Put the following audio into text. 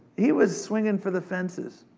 he was swingin' for the fences.